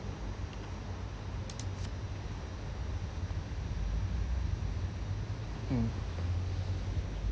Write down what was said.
mm